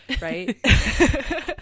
Right